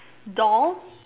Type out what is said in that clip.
doll